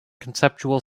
conceptual